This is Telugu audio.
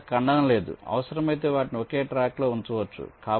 అక్కడ ఖండన లేదు అవసరమైతే వాటిని ఒకే ట్రాక్లో ఉంచవచ్చు